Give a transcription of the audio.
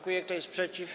Kto jest przeciw?